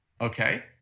Okay